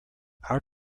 our